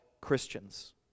Christians